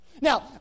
Now